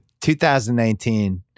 2019